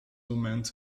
movement